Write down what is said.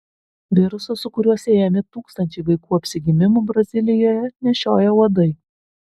virusą su kuriuo siejami tūkstančiai vaikų apsigimimų brazilijoje nešioja uodai